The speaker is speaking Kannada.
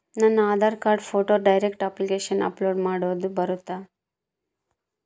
ನನ್ನ ಆಧಾರ್ ಕಾರ್ಡ್ ಫೋಟೋನ ಡೈರೆಕ್ಟ್ ಅಪ್ಲಿಕೇಶನಗ ಅಪ್ಲೋಡ್ ಮಾಡಾಕ ಬರುತ್ತಾ?